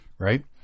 right